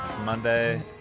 Monday